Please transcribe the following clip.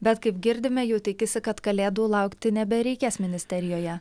bet kaip girdime jau tikisi kad kalėdų laukti nebereikės ministerijoje